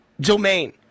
domain